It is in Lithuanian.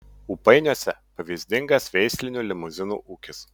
ūpainiuose pavyzdingas veislinių limuzinų ūkis